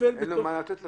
אין לו מה לתת לכם.